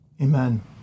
Amen